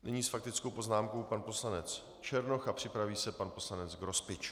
Nyní s faktickou poznámkou pan poslanec Černoch, připraví se pan poslanec Grospič.